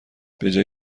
بجای